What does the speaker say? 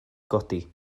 godi